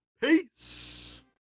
peace